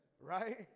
right